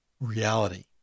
reality